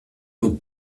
vos